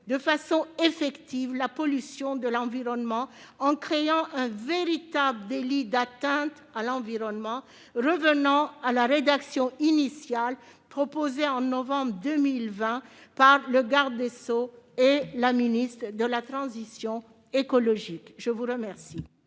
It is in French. de façon effective la pollution de l'environnement, en créant un véritable délit d'atteinte à l'environnement, revenant à la rédaction initiale proposée en novembre 2020 par le garde des sceaux et la ministre de la transition écologique. L'amendement